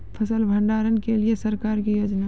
फसल भंडारण के लिए सरकार की योजना?